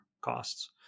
costs